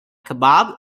kebab